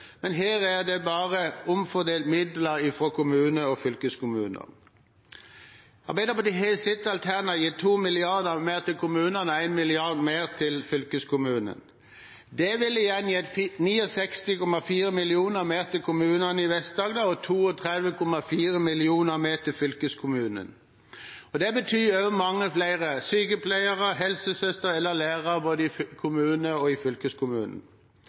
men her er det bare omfordelt midler fra kommuner og fylkeskommuner. Arbeiderpartiet har i sitt alternative budsjett gitt 2 mrd. kr mer til kommunene og 1 mrd. kr mer til fylkeskommunene. Det vil igjen gi 69,4 mill. kr mer til kommunene i Vest-Agder og 32,4 mill. kr mer til fylkeskommunen. Det betyr mange flere sykepleiere, helsesøstre og lærere både i kommunene og i fylkeskommunen.